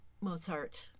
Mozart